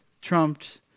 trumped